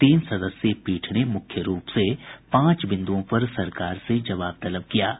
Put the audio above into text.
तीन सदस्यीय पीठ ने मुख्य रूप से पांच बिंद्ओं पर सरकार से जवाब तलब किया है